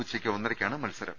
ഉച്ചയ്ക്ക് ഒന്നരയ്ക്കാണ് മത്സരം